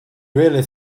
really